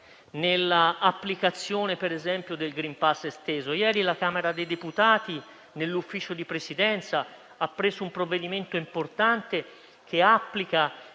nell'applicazione, per esempio, del *green pass* esteso. Ieri la Camera dei deputati, nell'Ufficio di Presidenza, ha assunto un provvedimento importante, che applica